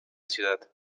ciudad